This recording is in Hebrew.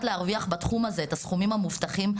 להרוויח בתחום הזה את הסכומים המובטחים,